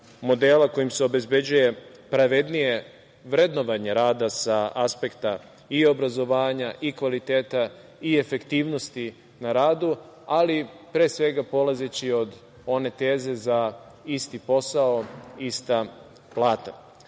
modela kojim se obezbeđuje pravednije vrednovanje rada sa aspekta i obrazovanja i kvaliteta i efektivnosti na radu, ali pre svega polazeći od one teze za isti posao ista plata. Plate